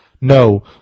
No